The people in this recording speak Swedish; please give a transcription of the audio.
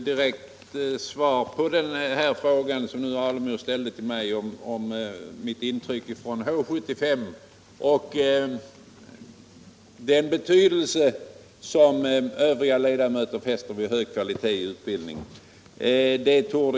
Herr talman! Herr Alemyr ställde en fråga till mig om mitt intryck från H 75 av den betydelse som övriga ledamöter fäster vid hög kvalitet i utbildningen.